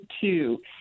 two